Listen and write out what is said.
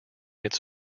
its